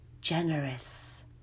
generous